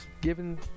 given